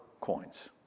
coins